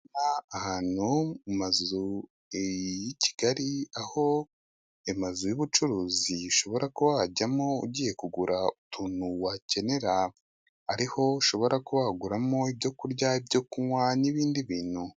Ahantu mu mazu y'i Kigali aho amazu y'ubucuruzi ushobora kuba wajyamo ugiye kugura utuntu wakenera ariho ushobora kuhaguramo ibyo kurya, ibyo kunywa n'ibindi bintu.